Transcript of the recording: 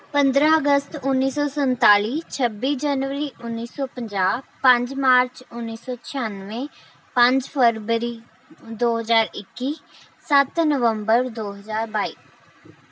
ਪੰਦਰ੍ਹਾਂ ਅਗਸਤ ਉੱਨ੍ਹੀ ਸੌ ਸੰਤਾਲੀ ਛੱਬੀ ਜਨਵਰੀ ਉੱਨ੍ਹੀ ਸੌ ਪੰਜਾਹ ਪੰਜ ਮਾਰਚ ਉੱਨ੍ਹੀ ਸੌ ਛਿਆਨਵੇਂ ਪੰਜ ਫਰਵਰੀ ਦੋ ਹਜ਼ਾਰ ਇੱਕੀ ਸੱਤ ਨਵੰਬਰ ਦੋ ਹਜ਼ਾਰ ਬਾਈ